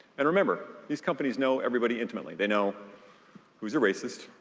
and remember, these companies know everybody intimately. they know who's a racist,